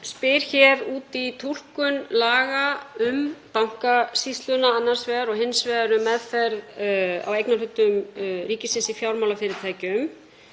spyr hér út í túlkun laga um Bankasýsluna annars vegar og hins vegar um meðferð á eignarhlutum ríkisins í fjármálafyrirtækjum